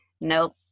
Nope